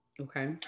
Okay